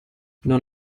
non